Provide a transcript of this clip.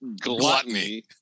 gluttony